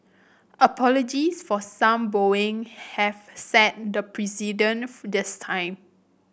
apologies for some bowing have set the precedent this time